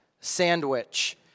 sandwich